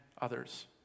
others